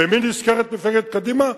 במי נזכרת מפלגת קדימה?